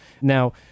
Now